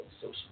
social